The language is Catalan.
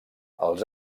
els